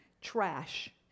Trash